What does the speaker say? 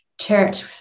church